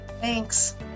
Thanks